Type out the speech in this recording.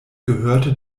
gehörte